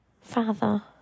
Father